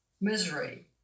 misery